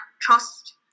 trust